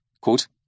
quote